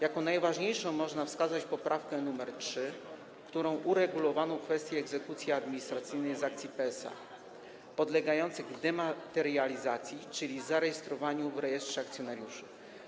Za najważniejszą można uznać poprawkę nr 3, która reguluje kwestię egzekucji administracyjnej z akcji PSA podlegających dematerializacji, czyli zarejestrowaniu w rejestrze akcjonariuszy.